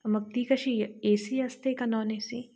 मग ती कशी ए सी असते का नॉन ए सी